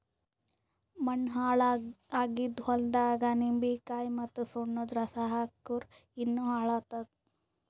ಮಣ್ಣ ಹಾಳ್ ಆಗಿದ್ ಹೊಲ್ದಾಗ್ ನಿಂಬಿಕಾಯಿ ಮತ್ತ್ ಸುಣ್ಣದ್ ರಸಾ ಹಾಕ್ಕುರ್ ಇನ್ನಾ ಹಾಳ್ ಆತ್ತದ್